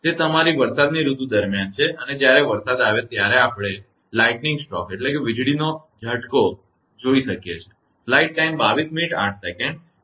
તે તમારી વરસાદની ઋતુ દરમિયાન છે અને જ્યારે વરસાદ આવે છે ત્યારે આપણે વીજળીનો ઝટકો જોઈ શકીએ છીએ